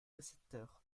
récepteur